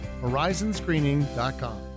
Horizonscreening.com